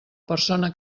persona